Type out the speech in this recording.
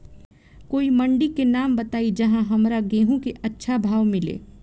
कोई मंडी के नाम बताई जहां हमरा गेहूं के अच्छा भाव मिले?